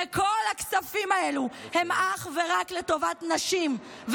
וכל הכספים האלה הם אך ורק לטובת נשים.